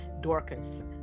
Dorcas